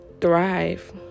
thrive